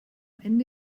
ende